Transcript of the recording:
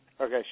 Okay